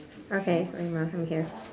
okay rahimah I'm here